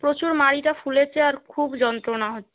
প্রচুর মাড়িটা ফুলেছে আর খুব যন্ত্রণা হচ্ছে